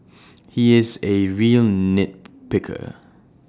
he is A real nit picker